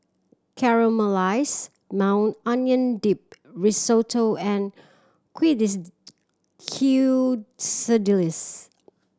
Caramelized Maui Onion Dip Risotto and